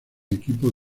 equipo